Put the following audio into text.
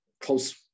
close